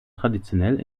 traditionell